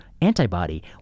antibody